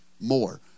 more